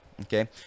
okay